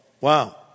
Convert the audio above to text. Wow